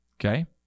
Okay